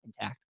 intact